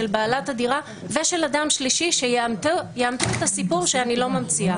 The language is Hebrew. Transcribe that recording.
של בעלת הדירה ושל אדם שלישי שיאמתו את הסיפור שאני לא ממציאה.